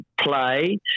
play